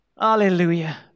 Hallelujah